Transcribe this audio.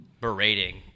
berating